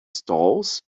stalls